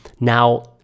Now